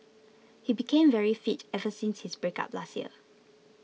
he became very fit ever since his breakup last year